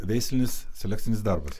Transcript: veislinis selekcinis darbas